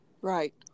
Right